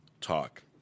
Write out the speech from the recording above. talk